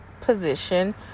position